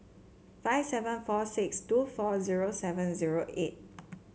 five seven four six two four zero seven zero eight